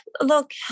look